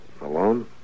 alone